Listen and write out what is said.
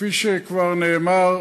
כפי שכבר נאמר,